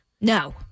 No